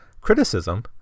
criticism